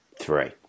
three